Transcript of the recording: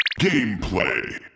Gameplay